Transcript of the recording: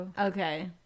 Okay